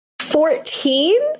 Fourteen